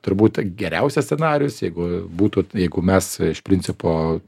turbūt geriausias scenarijus jeigu būtų jeigu mes iš principo